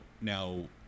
Now